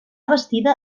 bastida